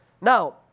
Now